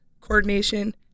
coordination